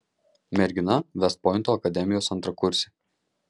mergina vest pointo akademijos antrakursė